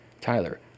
Tyler